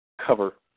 cover